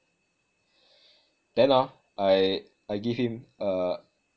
then hor I I give him a